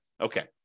Okay